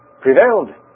prevailed